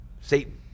satan